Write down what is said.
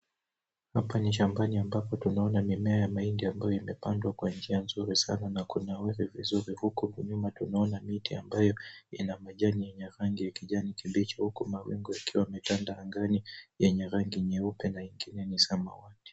Hapa ni shambani ambapo tunaona mimea ya mahindi ambayo imepandwa kwa njia nzuri sana na kunawiri. Huko nyuma tunaona miti ambayo ina majani ya rangi ya kijani kibichi huku mawingu yakiwa yametanda angani yenye rangi nyeupe na ingine ni samawati.